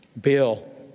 Bill